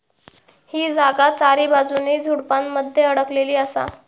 ही जागा चारीबाजून झुडपानमध्ये अडकलेली असा